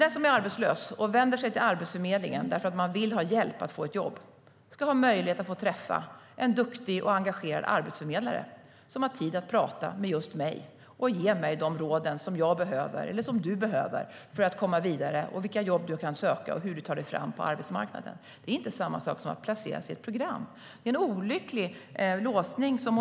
Den som är arbetslös och vänder sig till Arbetsförmedlingen därför att man vill ha hjälp att få ett jobb ska få möjlighet att träffa en duktig och engagerad arbetsförmedlare som har tid att prata med just mig och ge mig de råd som jag behöver, eller som du behöver, för att komma vidare - vilka jobb man kan söka och hur man tar sig fram på arbetsmarknaden. Det är inte samma sak som att placeras i ett program. Moderaterna har en olycklig låsning.